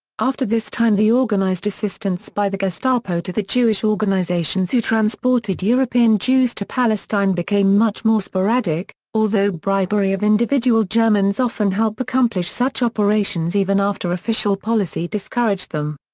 after this time the organized assistance by the gestapo to the jewish organizations who transported european jews to palestine became much more sporadic, although bribery of individual germans often help accomplish such operations even after official policy discouraged them.